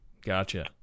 Gotcha